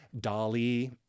Dolly